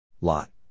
Lot